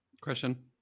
Question